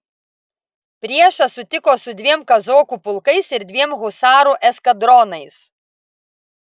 priešą sutiko su dviem kazokų pulkais ir dviem husarų eskadronais